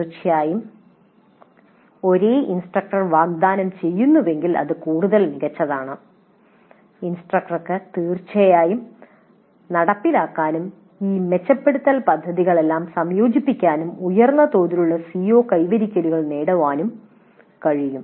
തീർച്ചയായും ഒരേ ഇൻസ്ട്രക്ടർ വാഗ്ദാനം ചെയ്യുന്നുവെങ്കിൽ അത് കൂടുതൽ മികച്ചതാണ് ഇൻസ്ട്രക്ടർക്ക് തീർച്ചയായും നടപ്പിലാക്കാനും ഈ മെച്ചപ്പെടുത്തൽ പദ്ധതികളെല്ലാം സംയോജിപ്പിക്കാനും ഉയർന്ന തോതിലുള്ള CO കൈവരിക്കലുകൾ നേടാനും കഴിയും